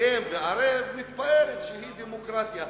השכם והערב מתפארת שהיא דמוקרטיה,